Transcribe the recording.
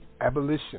Abolition